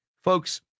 Folks